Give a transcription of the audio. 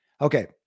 Okay